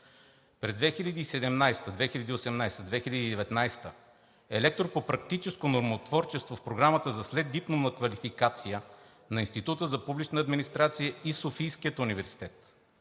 През 2017-а, 2018-а, 2019 г. е лектор по практическо нормотворчество в Програмата за следдипломна квалификация на Института за публична администрация и Софийския университет,